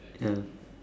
ya